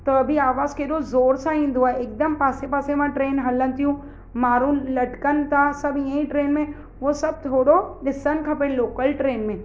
त बि आवाज़ु कहिॾो ज़ोर सां ईंदो आहे हिकदमि पासे पासे मां ट्रेन हलनि थियूं माण्हू लटिकनि था सभु इहा ई ट्रेन में उहो सभु थोरो ॾिसण खपेनि लोकल ट्रेन में